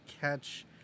catch